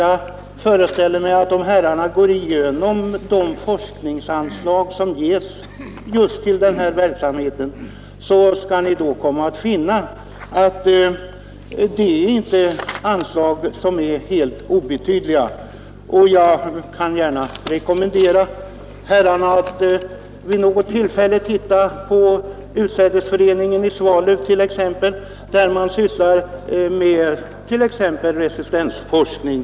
Jag föreställer mig emellertid att om herrarna går igenom de forskningsanslag som ges just till denna verksamhet, så skall ni komma att finna att det inte är helt obetydliga anslag. Jag kan gärna rekommendera herrarna att vid något tillfälle se på Utsädesföreningen i Svalöv t.ex. där man sysslar med bl.a. resistensforskning.